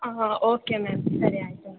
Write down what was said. ಹಾಂ okay ma'am ಸರಿ ಆಯಿತು ಮ್ಯಾಮ್